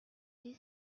dix